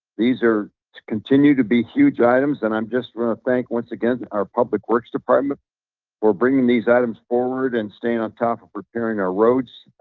these are continue to be huge items and i'm just wanna thank once again, our public works department for bringing these items forward and staying on top of repairing our roads,